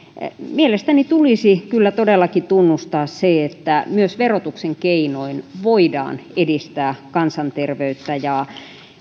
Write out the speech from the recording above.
mielestäni tulisi todellakin tunnustaa se että myös verotuksen keinoin voidaan edistää kansanterveyttä ja täytyy muistaa että